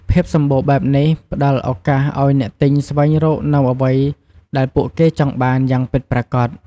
ភាពសម្បូរបែបនេះ ផ្ដល់ឱកាសឱ្យអ្នកទិញស្វែងរកនូវអ្វីដែលពួកគេចង់បានយ៉ាងពិតប្រាកដ។